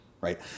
right